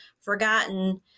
forgotten